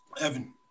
Evan